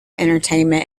entertainment